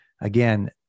again